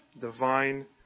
divine